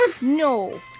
No